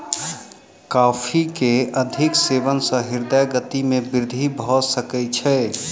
coffee के अधिक सेवन सॅ हृदय गति में वृद्धि भ सकै छै